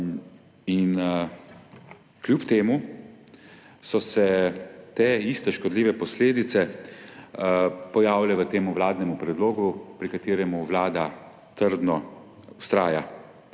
kljub temu so se te iste škodljive posledice pojavile v tem vladnemu predlogu, pri katerem Vlada trdno vztraja.